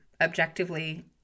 Objectively